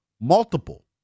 multiple